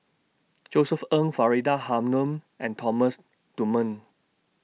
Josef Ng Faridah Hanum and Thomas Dunman